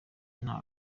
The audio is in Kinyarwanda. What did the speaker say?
nta